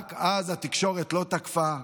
רק שאז התקשורת לא תקפה,